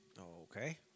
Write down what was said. Okay